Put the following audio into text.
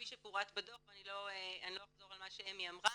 כפי שפורט בדו"ח ולא אחזור על מה שאמי אמרה